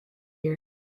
here